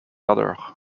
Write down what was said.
other